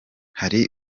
hari